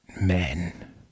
men